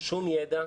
שום ידע,